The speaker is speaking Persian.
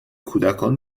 کودکان